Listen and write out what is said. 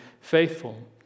faithful